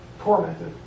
tormented